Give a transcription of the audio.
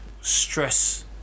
Stress